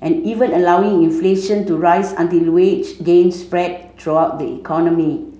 and even allowing inflation to rise until wage gains spread throughout the economy